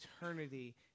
eternity